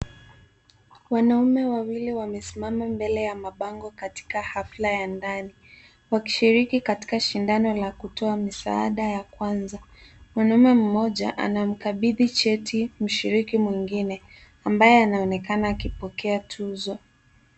Wanaume wawili wamesimama mbele ya mabango katika hafla ya ndani. Wakishiriki katika shindano la kutoa misaada ya kwanza. Mwanaume mmoja anamkabidhi cheti mshiriki mwingine ambaye anaonekana akipokea tuzo.